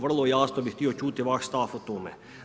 Vrlo jasno bi htio čuti vaš stav o tome.